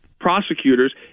prosecutors